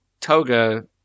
Toga